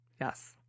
Yes